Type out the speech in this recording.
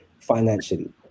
Financially